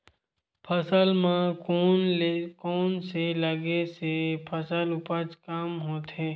फसल म कोन से लगे से फसल उपज कम होथे?